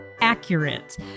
accurate